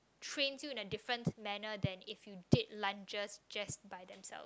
trains you in a different manner than if you did lunges just by themselves